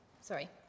sorry